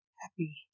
happy